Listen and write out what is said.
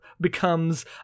becomes